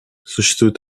существуют